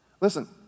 Listen